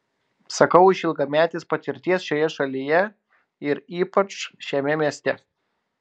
sakau iš ilgametės patirties šioje šalyje ir ypač šiame mieste